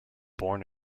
born